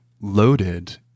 loaded